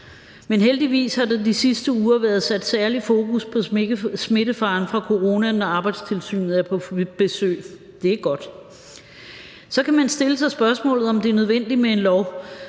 Men heldigvis har der de sidste uger været sat særlig fokus på smittefare fra coronaen, når Arbejdstilsynet er på besøg. Det er godt. Så kan man stille spørgsmålet, om det er nødvendigt med en lov.